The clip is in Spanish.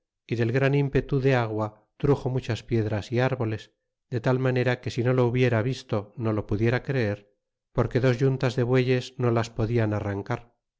y del gran ímpetu de agua truxo muchas piedras y arboles de tal manera que si no lo hubiera visto no lo pudiera creer porque dos yuntas de bueyes no las podian arrancar